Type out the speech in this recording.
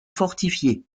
fortifiée